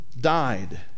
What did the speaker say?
died